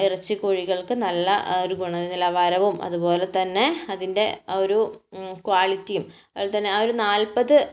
എറച്ചി കോഴികൾക്ക് നല്ല ആ ഒരു ഗുണനിലവാരവും അതുപോലെ തന്നെ അതിൻ്റെ ആ ഒരു ക്വാളിറ്റിയും അതുപോലെ തന്നെ ആ ഒരു നാല്പത്